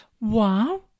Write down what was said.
Wow